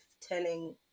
telling